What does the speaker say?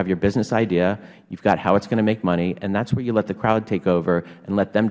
have your business idea you've got how it's going to make money and that's where you let the crowd take over and let them